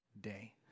day